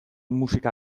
musika